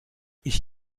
ich